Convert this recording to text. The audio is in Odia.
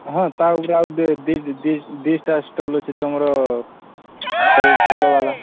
ହଁ ତା ଉପରେ ଆଉ ଦୁଇଟା ଷ୍ଟଲ୍ ଅଛି ତୁମର ତଲ ତଲ ଵାଲା